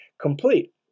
Complete